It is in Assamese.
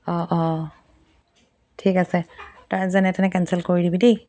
অ' অ' ঠিক আছে তই যেনে তেনে কেঞ্চেল কৰি দিবি দেই